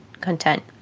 content